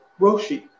Roshi